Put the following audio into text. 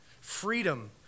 Freedom